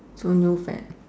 so no fat